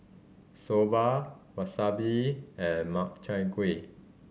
Soba Wasabi and Makchai Gui